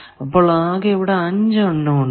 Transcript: അപ്പോൾ ഇവിടെ ആകെ 5 അൺ നോൺ ഉണ്ട്